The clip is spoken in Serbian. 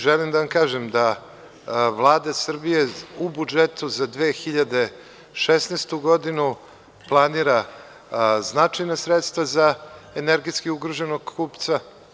Želim da vam kažem da Vlada Srbije u budžetu za 2016. godinu planira značajna sredstva za energetski ugroženog kupca.